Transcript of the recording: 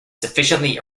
sufficiently